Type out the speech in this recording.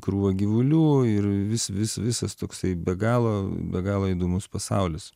krūva gyvulių ir vis vis visas toksai be galo be galo įdomus pasaulis